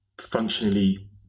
functionally